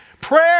Prayer